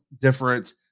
different